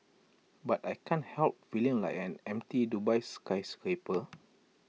but I can't help feeling like an empty Dubai skyscraper